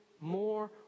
more